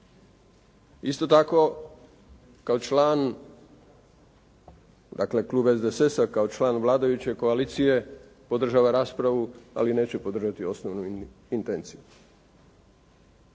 Isto tako kao član, dakle klub SDSS-a kao član vladajuće koalicije podržava raspravu, ali neće podržati osnovnu intenciju.